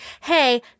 hey